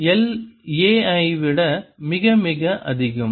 L a ஐ விட மிக மிக அதிகம்